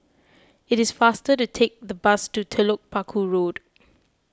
it is faster to take the bus to Telok Paku Road